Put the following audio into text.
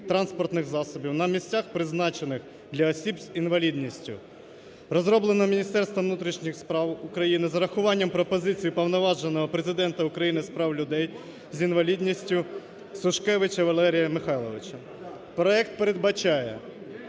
транспортних засобів на місцях, призначених для осіб з інвалідністю. Розроблено Міністерством внутрішніх справ України з урахуванням пропозицій Уповноваженого Президента України з прав людей з інвалідністю Сушкевича Валерія Михайловича. Проект передбачає